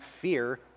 fear